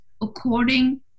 according